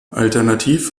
alternativ